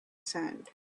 sand